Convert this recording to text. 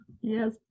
yes